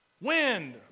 Wind